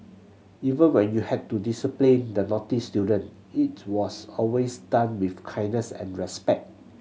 even when you had to discipline the naughty student it was always done with kindness and respect